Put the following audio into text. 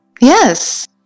Yes